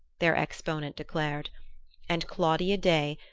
their exponent declared and claudia day,